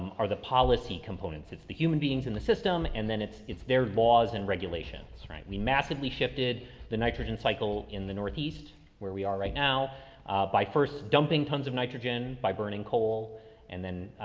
are the policy components. it's the human beings in the system and then it's it's their laws and regulations, right? we massively shifted the nitrogen cycle in the northeast where we are right now by first dumping tons of nitrogen by burning coal and then,